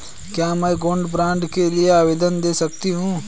क्या मैं gold bond के लिए आवेदन दे सकती हूँ?